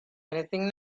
anything